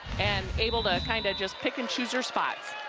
and able to kind of just pick and choose her spots.